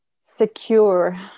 secure